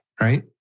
right